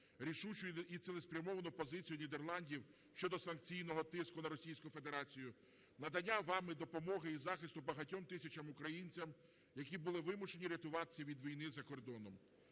рішучу і цілеспрямовану позицію Нідерландів щодо санкційного тиску на Російську Федерацію, надання вами допомоги і захисту багатьом тисячам українцям, які були вимушені рятуватися від війни за кордоном.